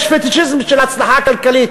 יש פטישיזם של הצלחה כלכלית,